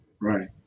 Right